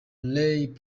ray